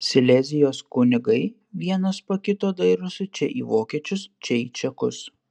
silezijos kunigai vienas po kito dairosi čia į vokiečius čia į čekus